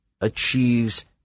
achieves